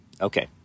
Okay